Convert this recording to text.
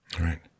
Right